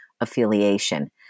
affiliation